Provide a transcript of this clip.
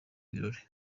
ibirori